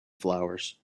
flowers